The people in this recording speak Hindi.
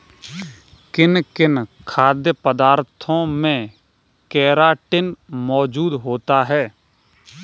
किन किन खाद्य पदार्थों में केराटिन मोजूद होता है?